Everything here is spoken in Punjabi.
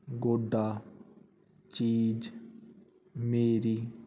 ਗੋਡਾ ਚੀਜ਼ ਮੇਰੀ